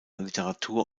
literatur